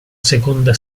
seconda